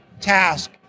task